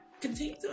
continue